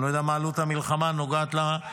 אני לא יודע מה עלות המלחמה נוגעת -- חיים,